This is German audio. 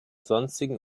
sonstigen